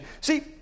See